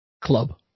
club